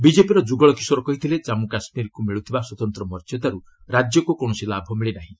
ବିଜେପିର ଯୁଗଳ କିଶୋର କହିଥିଲେ ଜାମ୍ମୁ କାଶ୍ମୀରକୁ ମିଳୁଥିବା ସ୍ୱତନ୍ତ ମର୍ଯ୍ୟଦାରୁ ରାଜ୍ୟକୁ କୌଣସି ଲାଭ ମିଳିନାହିଁ